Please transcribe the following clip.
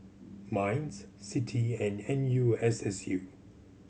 MINDS CITI E and N U S S U